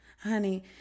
Honey